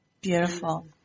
Beautiful